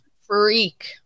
freak